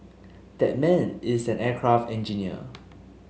that man is an aircraft engineer